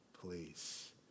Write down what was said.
Please